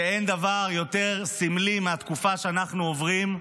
ואין דבר יותר סמלי, בתקופה שאנחנו עוברים,